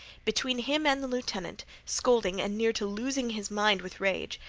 between him and the lieutenant, scolding and near to losing his mind with rage,